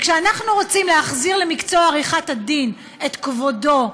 כשאנחנו רוצים להחזיר למקצוע עריכת הדין את כבודו,